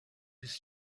was